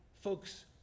Folks